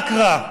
רק רע.